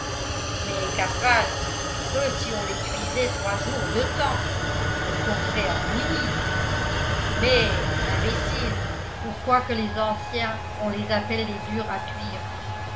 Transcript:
mais cap'ral que si on les cuisait trois jours de temps elles tomberaient en bouillie mais imbécile pourquoi que les anciens on les appelle des durs à cuire